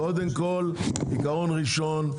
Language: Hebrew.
קודם כל עיקרון ראשון,